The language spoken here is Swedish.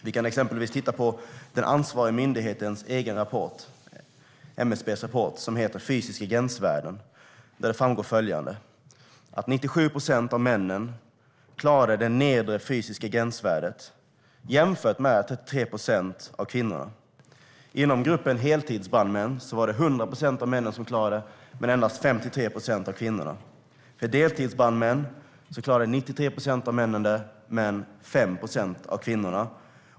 Vi kan exempelvis titta på den ansvariga myndighetens, MSB:s, egen rapport, Fysiska gränsvärden . Där framgår följande: 97 procent av männen klarade det nedre fysiska gränsvärdet, jämfört med 33 procent av kvinnorna. Inom gruppen heltidsbrandmän var det 100 procent av männen som klarade det, men endast 53 procent av kvinnorna. För deltidsbrandmän var det 93 procent av männen som klarade det, men 5 procent av kvinnorna.